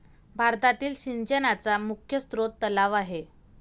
भारतातील सिंचनाचा मुख्य स्रोत तलाव आहे